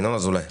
ינון אזולאי.